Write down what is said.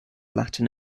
latin